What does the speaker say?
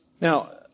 Now